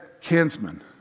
kinsman